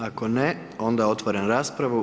Ako ne, onda otvaram raspravu.